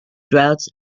droughts